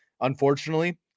unfortunately